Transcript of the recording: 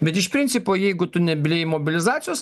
bet iš principo jeigu tu nebijai mobilizacijos